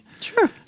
Sure